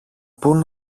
πού